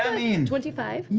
i mean twenty five.